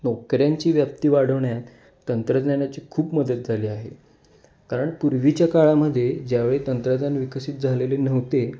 नोकऱ्यांची व्याप्ती वाढवण्यात तंत्रज्ञानाची खूप मदत झाली आहे कारण पूर्वीच्या काळामध्ये ज्यावेळी तंत्रज्ञान विकसित झालेले नव्हते